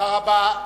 תודה רבה.